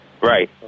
Right